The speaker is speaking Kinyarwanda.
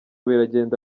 biragenda